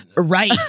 Right